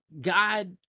God